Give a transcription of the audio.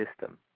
system